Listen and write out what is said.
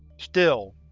still,